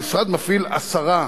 המשרד מפעיל עשרה